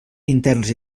interns